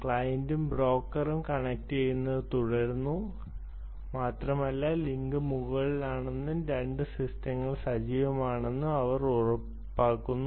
ക്ലയന്റും ബ്രോക്കറും കണക്റ്റുചെയ്യുന്നത് തുടരുന്നു മാത്രമല്ല ലിങ്ക് മുകളിലാണെന്നും രണ്ട് സിസ്റ്റങ്ങളും സജീവമാണെന്നും അവർ ഉറപ്പാക്കുന്നു